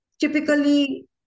typically